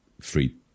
free